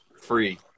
free